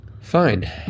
Fine